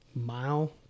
mile